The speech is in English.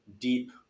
deep